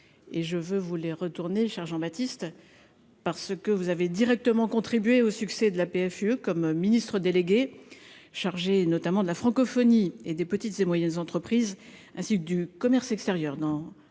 je veux vous les retournez chargeant Baptiste par ce que vous avez directement contribué au succès de la PFUE comme Ministre délégué chargé notamment de la francophonie et des petites et moyennes entreprises, ainsi que du commerce extérieur